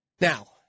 Now